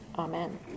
Amen